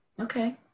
Okay